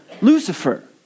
Lucifer